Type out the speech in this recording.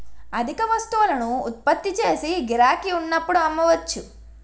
అధిక వస్తువులను ఉత్పత్తి చేసి గిరాకీ ఉన్నప్పుడు అమ్మవచ్చు